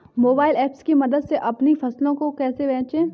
Mobile app की मदद से अपनी फसलों को कैसे बेचें?